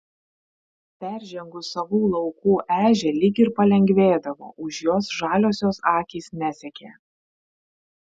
peržengus savų laukų ežią lyg ir palengvėdavo už jos žaliosios akys nesekė